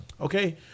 okay